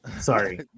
Sorry